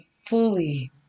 fully